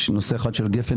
יש נושא אחד של גפ"ן,